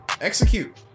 execute